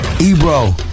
Ebro